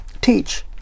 teach